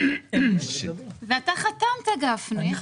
אתה חתמת, גפני.